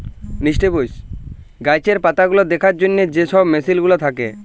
গাহাচের পাতাগুলা দ্যাখার জ্যনহে যে ছব মেসিল গুলা থ্যাকে